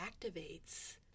activates